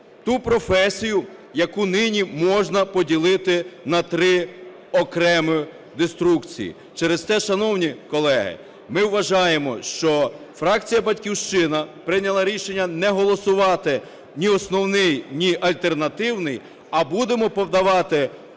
ту професію, яку нині можна поділити на три окремі деструкції. Через те, шановні колеги, ми вважаємо, що фракція "Батьківщина" прийняла рішення не голосувати ні основний, ні альтернативний. А будемо подавати